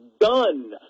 done